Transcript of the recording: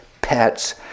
pets